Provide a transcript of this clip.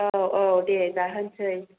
औ औ दे दा होनोसै